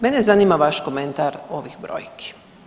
Mene zanima vaš komentar ovih brojki.